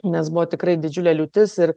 nes buvo tikrai didžiulė liūtis ir